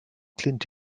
clint